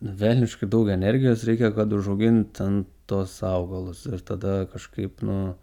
velniškai daug energijos reikia kad užaugint ten tuos augalus ir tada kažkaip nu